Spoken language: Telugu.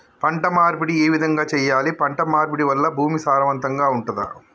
పంట మార్పిడి ఏ విధంగా చెయ్యాలి? పంట మార్పిడి వల్ల భూమి సారవంతంగా ఉంటదా?